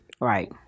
right